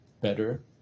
better